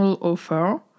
offer